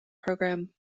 program